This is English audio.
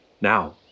Now